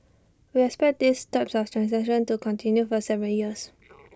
we expect these types of transactions to continue for several years